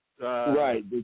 right